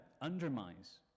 undermines